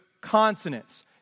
consonants